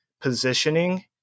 positioning